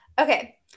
okay